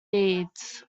deeds